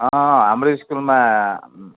हाम्रो स्कुलमा